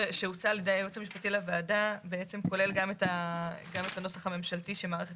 שהוצע על ידי הייעוץ המשפטי לוועדה כולל גם את הנוסח הממשלתי שמאריך את